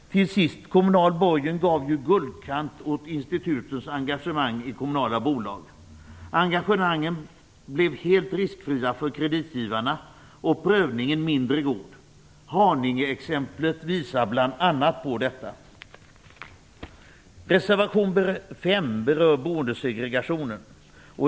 Till sist gav ju kommunal borgen guldkant åt institutets engagemang i kommunala bolag. Engagemangen blev helt riskfria för kreditgivarna och prövningen således mindre god. Haningeexemplet visar bl.a. på detta. I reservation nr 5 berörs boendesegregationen.